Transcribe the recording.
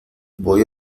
voy